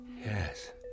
Yes